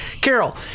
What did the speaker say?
Carol